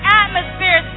atmosphere